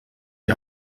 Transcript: die